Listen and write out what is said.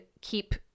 keep